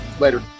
Later